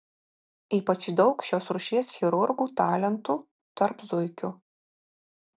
ypač daug šios rūšies chirurgų talentų tarp zuikių